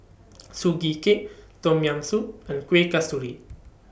Sugee Cake Tom Yam Soup and Kuih Kasturi